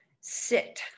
Sit